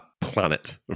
planet